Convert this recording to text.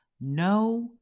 no